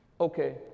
okay